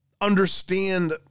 understand